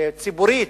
ציבורית,